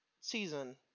season